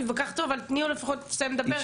תני לו לפחות לסיים לדבר.